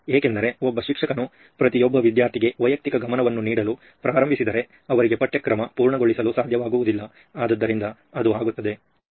ಏಕೆಂದರೆ ಒಬ್ಬ ಶಿಕ್ಷಕನು ಪ್ರತಿಯೊಬ್ಬ ವಿದ್ಯಾರ್ಥಿಗೆ ವೈಯಕ್ತಿಕ ಗಮನವನ್ನು ನೀಡಲು ಪ್ರಾರಂಭಿಸಿದರೆ ಅವರಿಗೆ ಪಠ್ಯಕ್ರಮ ಪೂರ್ಣಗೊಳಿಸಲು ಸಾಧ್ಯವಾಗುವುದಿಲ್ಲ ಆದ್ದರಿಂದ ಅದು ಆಗುತ್ತದೆ